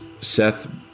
Seth